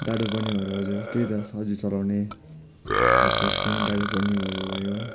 डाडु पन्युहरू हजुर त्यही त सब्जी चलाउने भात पस्किने डाडु पन्युहरू भयो